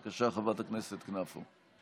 בבקשה, חברת הכנסת כנפו.